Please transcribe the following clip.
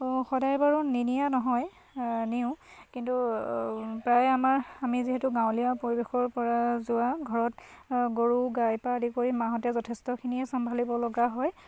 সদায় বাৰু নিনিয়া নহয় নিওঁ কিন্তু প্ৰায় আমাৰ আমি যিহেতু গাঁৱলীয়া পৰিৱেশৰপৰা যোৱা ঘৰত গৰু গাইৰপৰা আদি কৰি মাহঁতে যথেষ্টখিনিয়ে চম্ভালিব লগা হয়